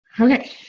Okay